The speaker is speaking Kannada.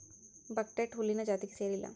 ಬಕ್ಹ್ಟೇಟ್ ಹುಲ್ಲಿನ ಜಾತಿಗೆ ಸೇರಿಲ್ಲಾ